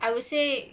I would say